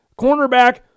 Cornerback